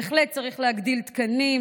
בהחלט צריך להגדיל תקנים,